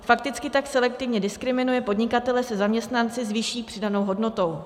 Fakticky tak selektivně diskriminuje podnikatele se zaměstnanci s vyšší přidanou hodnotou.